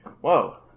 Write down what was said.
Whoa